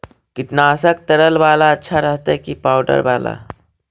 कीटनाशक तरल बाला अच्छा रहतै कि पाउडर बाला?